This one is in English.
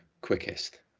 quickest